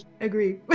agree